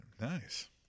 Nice